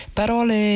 parole